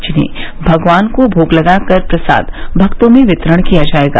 जिन्हें भगवान भोग लगाकर प्रसाद भक्तों में वितरित किया जायेगा